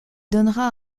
donnera